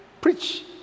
preach